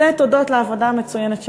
זה הודות לעבודה המצוינת שלה.